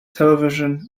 television